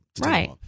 Right